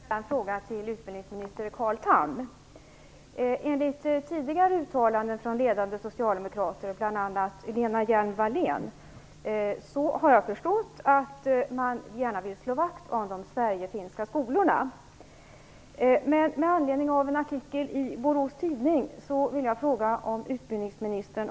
Herr talman! Jag vill ställa en fråga till utbildningsminister Carl Tham. Utifrån tidigare uttalanden från ledande socialdemokrater, bl.a. Lena Hjelm-Wallén, har jag förstått att man gärna vill slå vakt om de sverigefinska skolorna. Jag citerar kort ur tidningen.